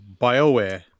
bioware